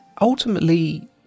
ultimately